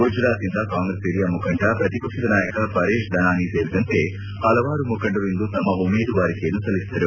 ಗುಜರಾತ್ನಿಂದ Congress ಹಿರಿಯ ಮುಖಂಡ ಪ್ರತಿಪಕ್ಷದ ನಾಯಕ ಪರೇಶ್ ದನಾನಿ ಸೇರಿದಂತೆ ಹಲವಾರು ಮುಖಂಡರು ಇಂದು ತಮ್ನ ಉಮೇದುವಾರಿಕೆಯನ್ನು ಸಲ್ಲಿಸಿದರು